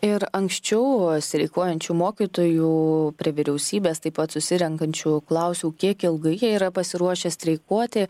ir anksčiau streikuojančių mokytojų prie vyriausybės taip pat susirenkančių klausiau kiek ilgai jie yra pasiruošę streikuoti